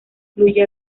fluye